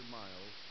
miles